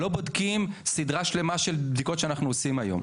לא בודקים סדרה שלמה של בדיקות שאנחנו עושים היום.